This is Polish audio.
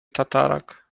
tatarak